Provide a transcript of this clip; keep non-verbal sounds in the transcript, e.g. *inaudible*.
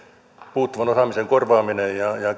puuttuvan osaamisen korvaaminen ja *unintelligible*